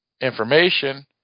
information